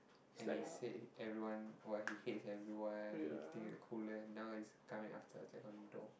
and he said everyone what he hates everyone he think the cooler now he's coming after us like some dog